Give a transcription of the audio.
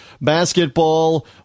basketball